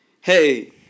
hey